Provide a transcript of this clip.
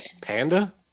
Panda